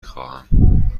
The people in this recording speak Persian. خواهم